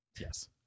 Yes